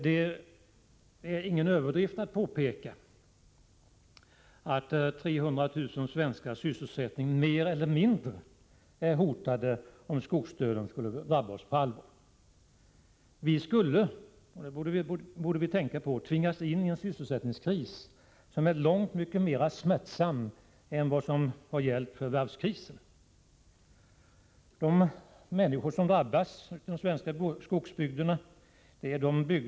Det är ingen överdrift att påpeka att 300 000 svenskars sysselsättning mer eller mindre är hotad om skogsdöden skulle drabba oss på allvar. Vi skulle — det borde vi tänka på — tvingas in i en sysselsättningskris som är långt mera smärtsam än varvskrisen har varit. Herr talman! Det är människorna i de svenska skogsbygderna som drabbas.